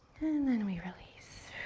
and then we release.